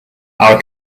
our